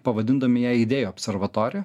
pavadindami ją idėjų observatorija